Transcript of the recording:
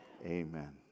amen